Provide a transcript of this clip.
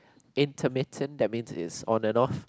intermittent that means it's on and off